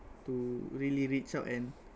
to really reach out and